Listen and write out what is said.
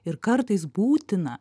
ir kartais būtina